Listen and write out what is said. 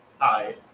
hi